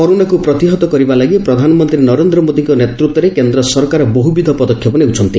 କରୋନାକୁ ପ୍ରତିହତ କରିବା ଲାଗି ପ୍ରଧାନମନ୍ତୀ ନରେନ୍ଦ୍ର ମୋଦିଙ୍କ ନେତୃତ୍ୱରେ କେନ୍ଦ ସରକାର ବହୁବିଧ ପଦକ୍ଷେପ ନେଉଛନ୍ତି